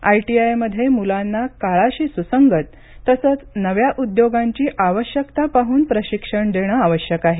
आयटीआयमध्ये मुलांना काळाशी सुसंगत तसेच नव्या उद्योगांची आवश्यकता पाहून प्रशिक्षण देणे आवश्यक आहे